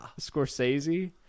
Scorsese